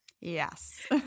yes